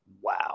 wow